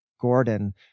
Gordon